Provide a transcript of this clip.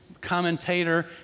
commentator